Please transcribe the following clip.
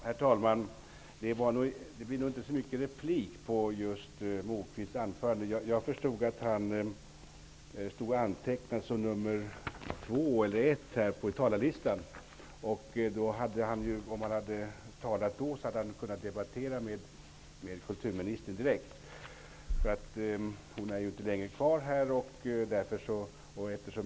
Herr talman! Det jag skall säga är nog inte så mycket en replik på Lars Moquists anförande. Jag förstod att han var antecknad som nummer ett eller två på talarlistan. Om han hade talat då hade han kunnat debattera med kulturministern direkt. Nu är hon ju inte längre kvar här i kammaren.